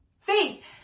Faith